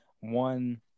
one